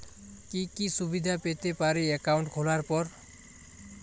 কি কি সুবিধে পেতে পারি একাউন্ট খোলার পর?